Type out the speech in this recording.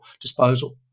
disposal